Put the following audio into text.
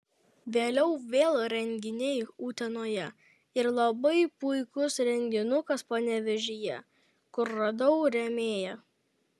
vėliau vėl renginiai utenoje ir labai puikus renginukas panevėžyje kur radau rėmėją